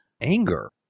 Anger